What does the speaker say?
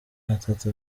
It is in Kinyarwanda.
atatu